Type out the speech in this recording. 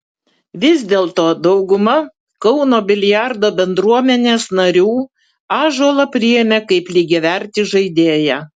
vis dėlto dauguma kauno biliardo bendruomenės narių ąžuolą priėmė kaip lygiavertį žaidėją